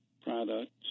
products